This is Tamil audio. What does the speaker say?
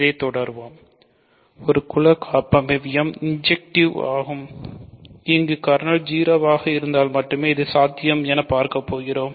இதை தொடர்வோம் ஒரு குல காப்பமைவியம் ஆகும் இங்கு கர்னல் 0 ஆக இருந்தால் மட்டுமே இது சாத்தியம் என்பதை பார்க்க போகிறோம்